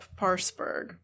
Parsberg